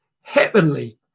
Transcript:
heavenly